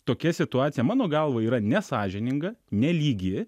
tokia situacija mano galva yra nesąžininga nelygi